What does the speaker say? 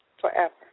forever